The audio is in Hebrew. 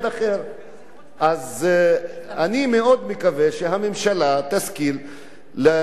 אני מאוד מקווה שהממשלה תסכים לקבל את ההצעה הזאת,